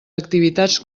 activitats